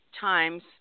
times